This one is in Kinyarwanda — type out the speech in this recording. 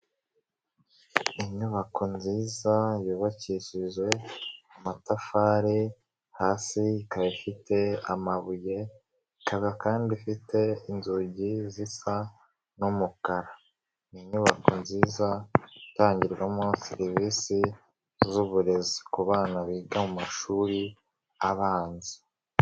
Inyubako nziza, yubakishije amatafari, hasi ikaba ifite amabuye, ikaba kandi ifite inzugi zisa n'umukara, ni inyubako nziza, itangirwamo serivisi zuburezi, kubana biga mu mashuri abanza.